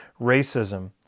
racism